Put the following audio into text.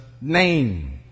name